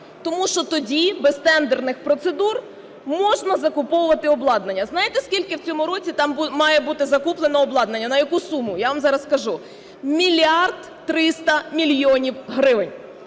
тому що тоді без тендерних процедур можна закуповувати обладнання. Знаєте, скільки в цьому році там має бути закуплено обладнання, на яку суму. Я вам зараз скажу: мільярд 300 мільйонів гривень.